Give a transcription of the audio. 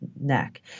neck